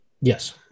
Yes